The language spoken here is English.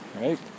right